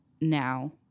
now